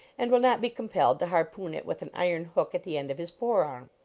and will not be compelled to harpoon it with an iron hook at the end of his fore-arm.